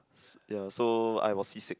ya so I was seasick